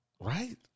Right